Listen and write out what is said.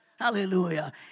Hallelujah